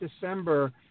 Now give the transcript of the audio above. December